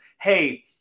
hey